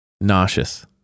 nauseous